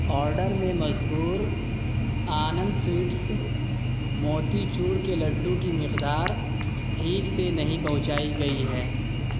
order میں مذکور Anand sweets motichoor کے لڈو کی مقدار ٹھیک سے نہیں پہنچائی گئی ہے